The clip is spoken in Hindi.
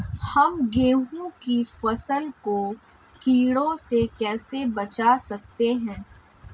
हम गेहूँ की फसल को कीड़ों से कैसे बचा सकते हैं?